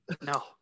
no